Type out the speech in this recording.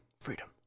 freedom